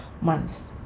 Months